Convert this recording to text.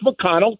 McConnell